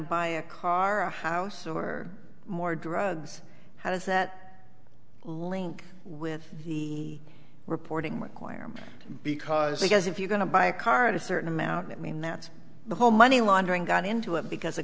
buy a car or house or more drugs how does that link with the reporting requirement because i guess if you're going to buy a car at a certain amount that i mean that's the whole money laundering got into it because